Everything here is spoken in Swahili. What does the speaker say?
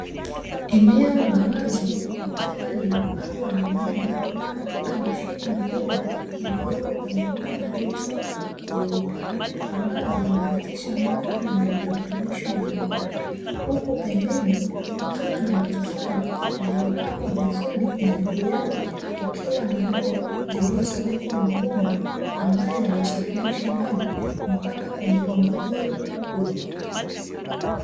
Eneo la wazi, likiwa limepandwa mimea katika mashimo madogo yaliyopo kwenye bomba refu jeupe, ambalo linapitisha maji yenye virutubisho mbalimbali. Huku pembeni kukiwa na matofali yaliyopangwa vizuri na juu yake kukiwa na ndoo zilizowekwa mabomba ambayo yanasafirisha maji mpaka kwenye bomba hilo kubwa.